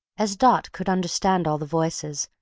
as dot could understand all the voices,